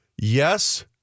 Yes